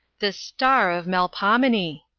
this star of melpomene!